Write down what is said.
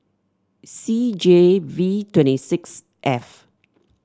C J V twenty six F